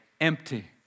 empty